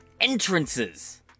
entrances